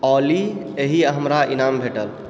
ऑली एहि हमरा ईनाम भेटल